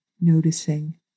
noticing